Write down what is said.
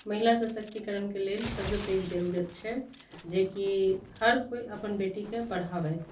महिला सशक्तिकरण के लेल सबसँ पैघ जरुरत छै जेकी हर कोइ अपन बेटी के पढ़ाबथि